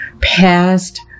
past